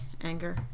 anger